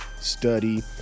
study